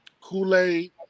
Kool-Aid